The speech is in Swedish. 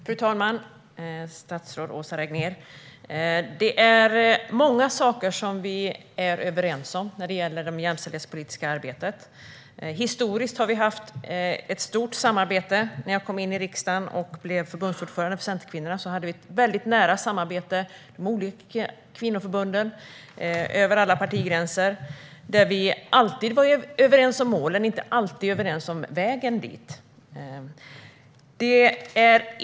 Fru talman och statsrådet Åsa Regnér! Det är många saker som vi är överens om i det jämställdhetspolitiska arbetet. Historiskt har vi haft ett stort samarbete. När jag kom in i riksdagen och blev förbundsordförande för centerkvinnorna hade vi ett nära samarbete med de olika kvinnoförbunden över alla partigränser. Vi var alltid överens om målen men inte alltid om vägen dit.